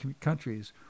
countries